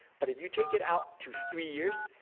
but if you take it out to three years,